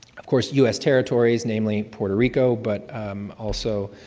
of course, us territories, namely puerto rico, but also